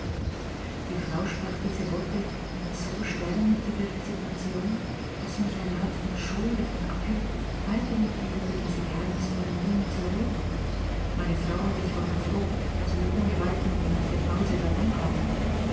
die frau sprach diese worte mit so schwermütiger resignation daß mich eine art von scheu davon abhielt weiter mit ihr über diese geheimnisvollen dinge zu reden meine frau und ich waren froh daß wir ohne weiterungen aus dem hause davon kamen